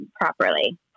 properly